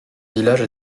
village